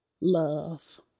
love